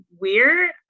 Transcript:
weird